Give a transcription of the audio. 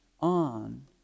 on